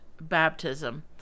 baptism